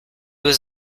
was